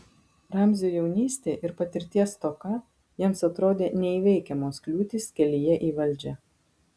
ramzio jaunystė ir patirties stoka jiems atrodė neįveikiamos kliūtys kelyje į valdžią